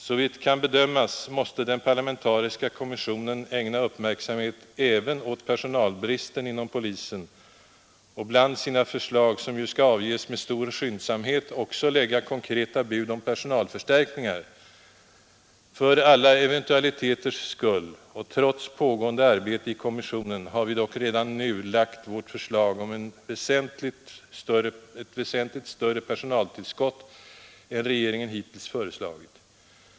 Såvitt kan bedömas måste den parlamentariska kommissionen ägna uppmärksamhet även åt personalbristen inom polisen och bland sina förslag, som ju skall avges med stor skyndsamhet, också lägga konkreta bud om personalförstärkningar. För alla eventualiteters skull och trots pågående arbete i kommissionen har vi dock redan nu framlagt vårt förslag om ett väsentligt större personaltillskott än regeringen hittills föreslagit.